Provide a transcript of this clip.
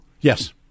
Yes